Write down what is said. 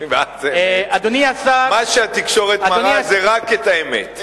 מה שהתקשורת מראה זה רק את האמת.